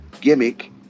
gimmick